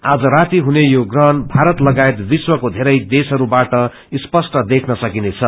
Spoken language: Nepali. आज राती हनु यो प्रहण भारत लगायत विश्वचको धेरै देशहरूबाट स्पष्ट देन सकिनेछ